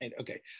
Okay